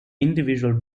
individual